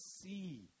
see